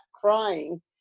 crying